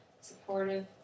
Supportive